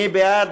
מי בעד?